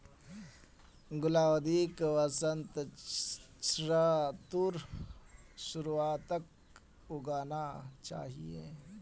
गुलाउदीक वसंत ऋतुर शुरुआत्त उगाना चाहिऐ